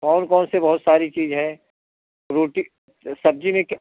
कौन कौनसे बहुत सारी चीज हैं रोटी सब्जी में क्या